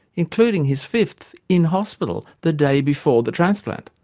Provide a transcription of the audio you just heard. including his fifth, in hospital, the day before the transplant.